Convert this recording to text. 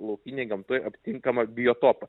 laukinėj gamtoj aptinkamą biotopą